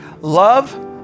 Love